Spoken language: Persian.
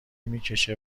میکشه